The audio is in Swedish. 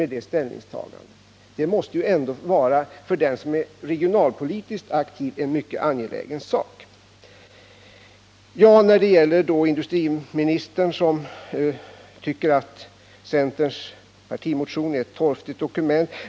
Det måste ändå vara en mycket angelägen sak för den som är regionalt politiskt aktiv. Industriministern tycker att centerns partimotion är ett torftigt dokument.